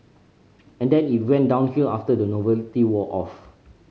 and then it went downhill after the novelty wore off